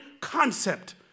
concept